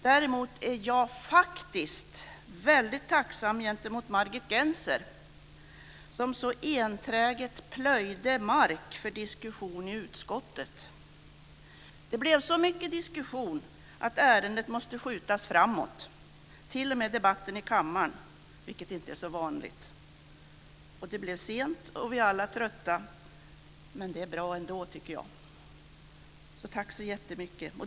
Däremot är jag väldigt tacksam gentemot Margit Gennser som så enträget plöjde mark för diskussionen i utskottet. Det blev så mycket diskussion att ärendet och t.o.m. debatten i kammaren måste skjutas framåt, vilket inte är så vanligt. Det blev sent och vi är alla trötta, men det känns bra ändå, tycker jag. Tack så jättemycket.